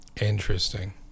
interesting